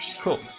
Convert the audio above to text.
Cool